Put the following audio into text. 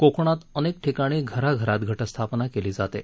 कोकणात अनेक ठिकाणी घराघरात घटस्थापना केली जाते